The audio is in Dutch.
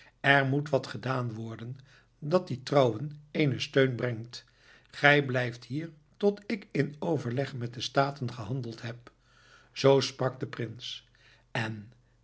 er moet wat gedaan worden dat die trouwen eenen steun brengt gij blijft hier tot ik in overleg met de staten gehandeld heb zoo sprak de prins en wij